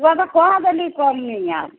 तोरा तऽ कय देली कमी आब